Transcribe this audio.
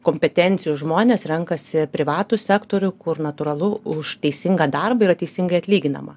kompetencijos žmonės renkasi privatų sektorių kur natūralu už teisingą darbą yra teisingai atlyginama